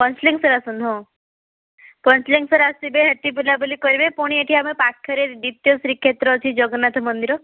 ପଞ୍ଚଲିଙ୍ଗେଶ୍ୱର ଆସନ୍ତୁ ହଁ ପଞ୍ଚଲିଙ୍ଗେଶ୍ୱର ଆସିବେ ସେଠି ବୁଲାବୁଲି କରିବେ ପୁଣି ଏଇଠି ଆମ ପାଖରେ ଦ୍ୱିତୀୟ ଶ୍ରୀକ୍ଷେତ୍ର ଅଛି ଜଗନ୍ନାଥ ମନ୍ଦିର